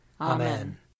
Amen